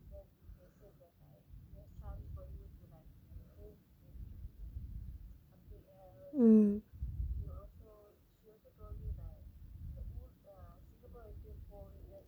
mm